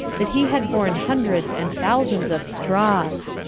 that he had borne hundreds and thousands of straws.